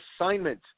assignment